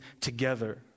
together